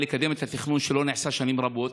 לקדם את התכנון שלא נעשה שנים רבות,